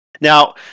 Now